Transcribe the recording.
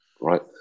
right